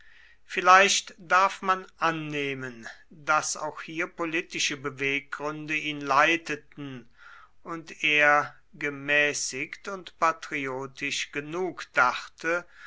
vielleicht darf man annehmen daß auch hier politische beweggründe ihn leiteten und er gemäßigt und patriotisch genug dachte